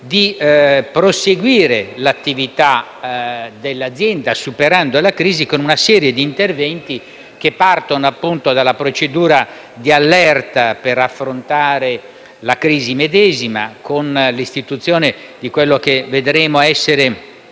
di proseguire l'attività dell'azienda, superando la crisi, con una serie di interventi che partono dalla procedura di allerta per affrontare la crisi medesima con l'istituzione di una procedura